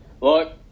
look